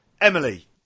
Emily